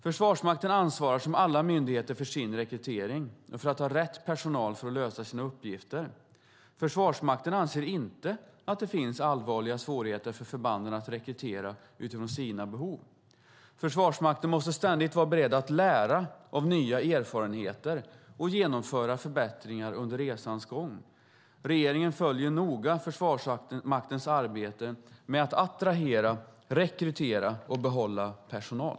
Försvarsmakten ansvarar som alla myndigheter för sin rekrytering och för att ha rätt personal för att lösa sina uppgifter. Försvarsmakten anser inte att det finns allvarliga svårigheter för förbanden att rekrytera utifrån sina behov. Försvarsmakten måste ständigt vara beredd att lära av nya erfarenheter och genomföra förbättringar under resans gång. Regeringen följer noga Försvarsmaktens arbete med att attrahera, rekrytera och behålla personal.